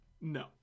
no